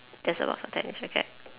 that's a lot of tennis racket